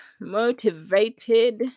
Motivated